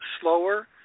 slower